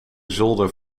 zolder